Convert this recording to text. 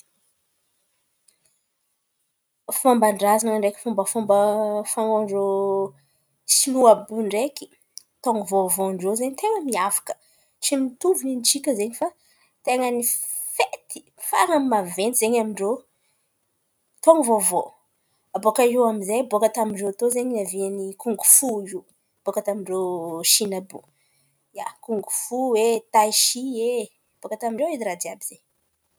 Fomban-drazan̈a ndraiky fômbafômban-drô Sonoa àby iô ndraiky, taon̈o vaôvaon-drô ten̈a miavaka. Tsy mitovy nintsika zen̈y fa ten̈a ny fety faran’ny maventy izen̈y amin-drô taon̈o vaôvao. Abaka iô, irô koa zen̈y niavian’ny kongo fo io. Baka tamin-drô àby io, ia, kongo fo e, taisia e, baka tamin-drô raha jiàby io.